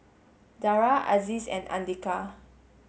Dara Aziz and Andika